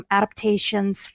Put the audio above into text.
adaptations